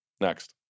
Next